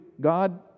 God